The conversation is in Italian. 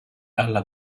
alla